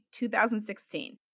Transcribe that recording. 2016